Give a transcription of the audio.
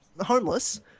homeless